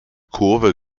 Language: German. kurve